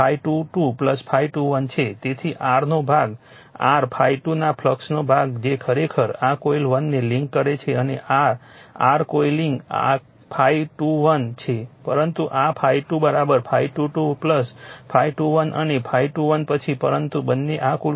તેથી r નો ભાગ r ∅2 ના ફ્લક્સનો ભાગ જે ખરેખર આ કોઇલ 1 ને લિન્ક કરે છે અને આ r કોઇલિંગ ∅21 છે પરંતુ આ ∅2 ∅22 ∅21 અને ∅21 પછી પરંતુ બંને આ કુલ કરંટ છે